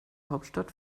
hauptstadt